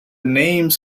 names